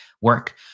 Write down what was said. work